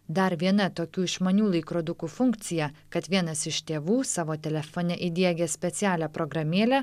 dar viena tokių išmanių laikrodukų funkcija kad vienas iš tėvų savo telefone įdiegęs specialią programėlę